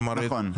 נכון.